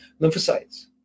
lymphocytes